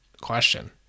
question